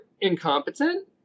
incompetent